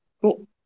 Cool